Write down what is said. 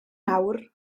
nawr